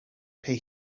pay